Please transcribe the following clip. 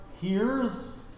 hears